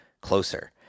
closer